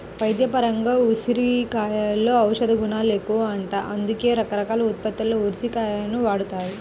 వైద్యపరంగా ఉసిరికలో ఔషధగుణాలెక్కువంట, అందుకే రకరకాల ఉత్పత్తుల్లో ఉసిరి కాయలను వాడతారు